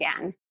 again